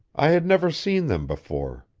i had never seen them, before.